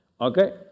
okay